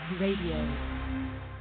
Radio